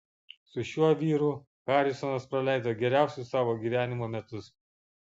su šiuo vyru harisonas praleido geriausius savo gyvenimo metus